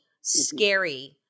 scary